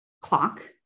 clock